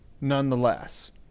nonetheless